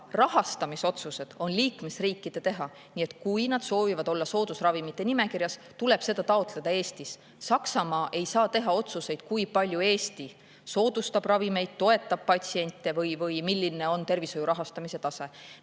aga rahastamisotsused on liikmesriikide teha. Nii et kui nad soovivad olla soodusravimite nimekirjas, tuleb seda taotleda Eestis. Saksamaa ei saa teha otsuseid, kui palju Eesti soodustab ravimeid, toetab patsiente või milline on tervishoiu rahastamise tase.